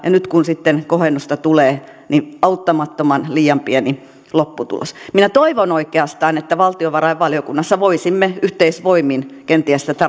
ja nyt kun sitten kohennusta tulee niin auttamattoman liian pieni lopputulos minä toivon oikeastaan että valtiovarainvaliokunnassa voisimme yhteisvoimin kenties tätä